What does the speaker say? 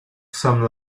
some